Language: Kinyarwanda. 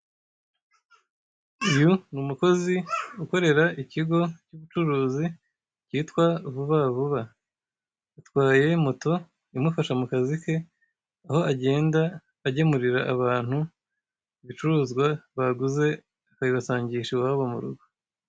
Uyu ni umukozi ukorera ikigo cy'ubucuruzi kitwa vuba vuba, atwaye moto imufasha mu kazi ke aho agenda agemurira abantu ibicuruzwa baguze akabibasangisha iwabo mu rugo.